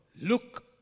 Look